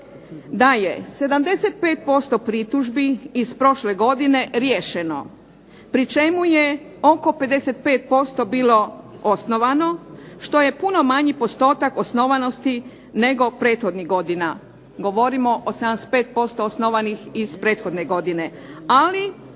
da je 75% pritužbi iz prošle godine riješeno, pri čemu je oko 55% bilo osnovano što je puno manji postotak osnovanosti nego prethodnih godina. Govorimo o 75% osnovanih iz prethodne godine, ali